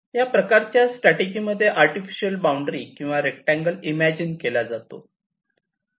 या प्रकारच्या स्ट्रॅटजी मध्ये आर्टिफिशल बॉण्ड्री किंवा रेक्टांगल इमॅजीन केला जातो